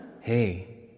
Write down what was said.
Hey